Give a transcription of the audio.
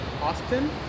Austin